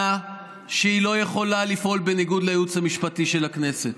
שהיא לא יכולה לפעול בניגוד לייעוץ המשפטי של הכנסת.